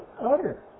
utter